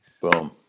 Boom